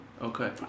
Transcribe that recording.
Okay